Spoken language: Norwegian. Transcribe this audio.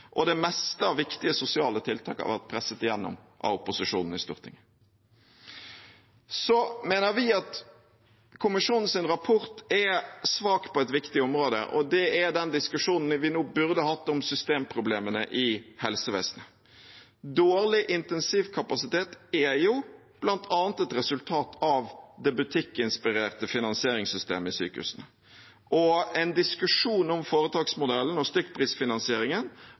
og det meste av viktige sosiale tiltak har vært presset igjennom av opposisjonen i Stortinget. Vi mener at kommisjonens rapport er svak på et viktig område, og det er den diskusjonen vi nå burde hatt om systemproblemene i helsevesenet. Dårlig intensivkapasitet er jo bl.a. et resultat av det butikkinspirerte finansieringssystemet i sykehusene, og en diskusjon om foretaksmodellen og stykkprisfinansieringen